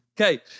Okay